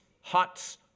huts